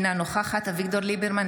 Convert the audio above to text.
אינה נוכחת אביגדור ליברמן,